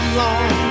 long